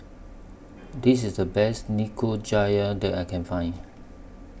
This IS The Best Nikujaga that I Can Find